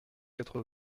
quatre